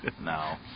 No